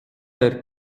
der